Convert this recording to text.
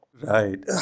Right